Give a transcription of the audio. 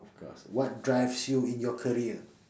of course what drives you in your career